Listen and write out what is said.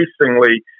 increasingly